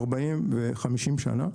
40 ו-50 שנים.